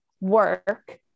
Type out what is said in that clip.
work